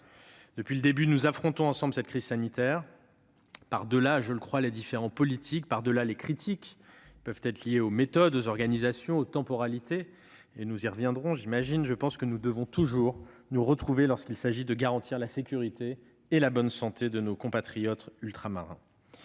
Depuis le début, nous affrontons ensemble cette crise sanitaire. Par-delà les différends politiques et les critiques liées aux méthodes, aux organisations ou aux temporalités- nous y reviendrons -, je pense que nous devons toujours nous retrouver lorsqu'il s'agit de garantir la sécurité et la bonne santé de nos compatriotes ultramarins.